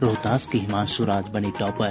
रोहतास के हिमांशु राज बने टॉपर